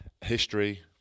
history